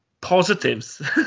positives